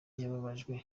yababajwe